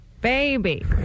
baby